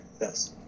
yes